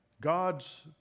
God's